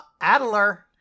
Adler